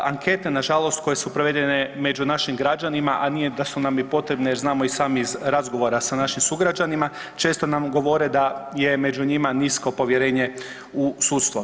Ankete na žalost koje su provedene među našim građanima, a nije da su nam i potrebne jer znamo i sami iz razgovora sa našim sugrađanima često nam govore da je među njima nisko povjerenje u sudstvo.